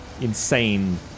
insane